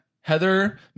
heather